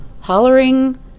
hollering